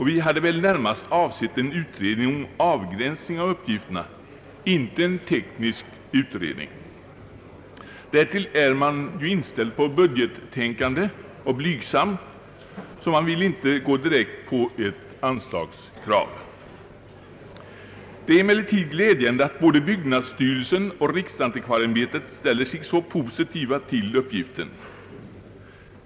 Vi hade väl närmast avsett en utredning om avgränsning av uppgifterna — inte en teknisk utredning. Därtill är vi så inställda på budgettänkande och så blygsamma, att vi inte direkt vill framställa ett anslagskrav. Det är emellertid glädjande att både byggnadsstyrelsen och riksantikvarieämbetet ställer sig så positiva till uppgiften.